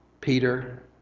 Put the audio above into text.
Peter